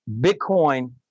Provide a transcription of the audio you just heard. Bitcoin